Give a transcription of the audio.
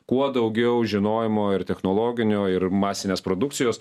kuo daugiau žinojimo ir technologinio ir masinės produkcijos